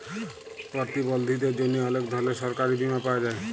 পরতিবলধীদের জ্যনহে অলেক ধরলের সরকারি বীমা পাওয়া যায়